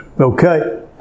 Okay